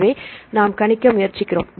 எனவே நாம் கணிக்க முயற்சிக்கிறோம்